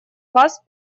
вас